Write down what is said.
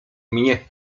mnie